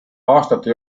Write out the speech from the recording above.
aastate